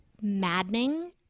maddening